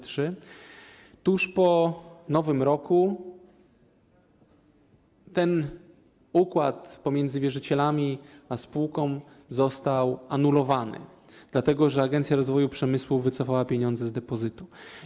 Tuż po nowym roku ten układ pomiędzy wierzycielami a spółką został anulowany, dlatego że Agencja Rozwoju Przemysłu wycofała pieniądze z depozytu.